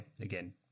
again